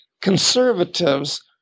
conservatives